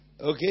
Okay